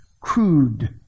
crude